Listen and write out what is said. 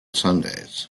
sundays